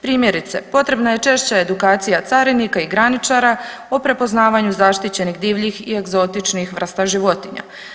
Primjerice, potrebna je češća edukacija carinika i graničara o prepoznavanju zaštićenih divljih i egzotičnih vrsta životinja.